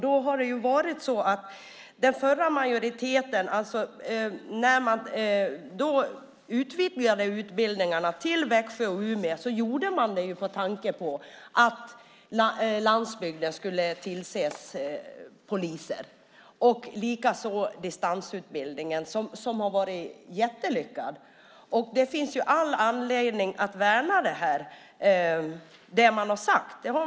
När den förra majoriteten utvidgade utbildningarna till Växjö och Umeå gjorde man det med tanke på att landsbygdens behov av poliser skulle tillgodoses. Distansutbildningen har likaså varit jättelyckad. Det finns all anledning att värna det man har sagt.